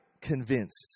convinced